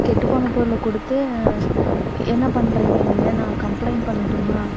கெட்டுப்போன பொருளை கொடுத்து என்ன பண்ணுறீங்க நீங்கள் நான் கம்ப்ளைண்ட் பண்ணட்டுமா